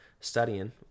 studying